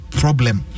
problem